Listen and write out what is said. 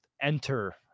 enter